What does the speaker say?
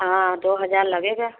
हाँ दो हज़ार लगेगा